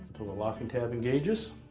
till the locking tab engages.